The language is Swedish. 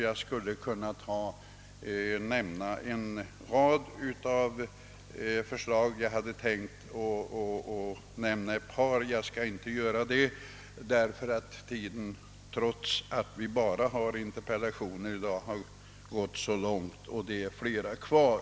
Jag skulle kunna anföra ett par exempel på detta men jag avstår, eftersom tiden är långt framskriden — trots att vi bara har interpellationsdebatt i dag — och många interpellationer kvarstår.